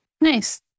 Nice